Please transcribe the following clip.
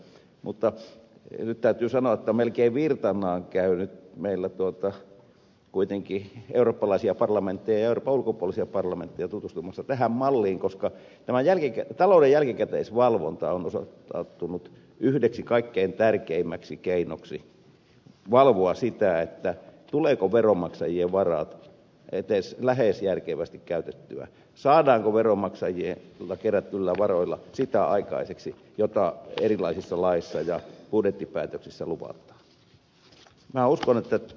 mutta nyt täytyy sanoa että meillä käy melkein virtanaan eurooppalaisia parlamentteja ja euroopan ulkopuolisia parlamentteja tutustumassa tähän malliin koska talouden jälkikäteisvalvonta on osoittautunut yhdeksi kaikkein tärkeimmistä keinoista valvoa sitä tulevatko veronmaksajien varat edes lähes järkevästi käytettyä saadaanko veronmaksajilta kerätyillä varoilla sitä aikaiseksi mitä erilaisissa laeissa ja budjettipäätöksissä luvataan